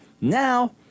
Now